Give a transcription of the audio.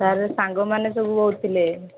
sir ସାଙ୍ଗମାନେ ସବୁ ବହୁତ ଥିଲେ